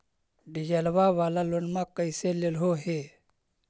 डीजलवा वाला लोनवा कैसे लेलहो हे?